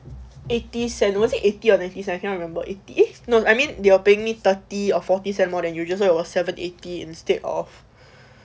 eighty cent was it eighty or ninety cent I can't remember eighty eh no I mean they are paying me thirty or forty seven more than usual so you are seven eighty instead of